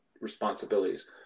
responsibilities